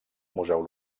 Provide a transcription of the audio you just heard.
museu